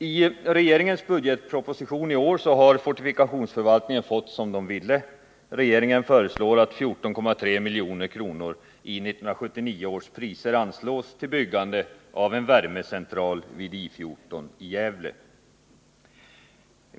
I regeringens budgetproposition i år har fortifikationsförvaltningen fått som den velat. Regeringen föreslår att 14,3 milj.kr. i 1979 års priser anslås till byggande av en värmecentral vid I 14 i Gävle.